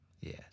Yes